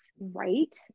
right